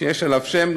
שיש עליו שם,